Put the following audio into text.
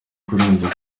kurenza